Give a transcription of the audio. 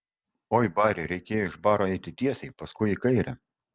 oi bari reikėjo iš baro eiti tiesiai paskui į kairę